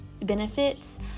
benefits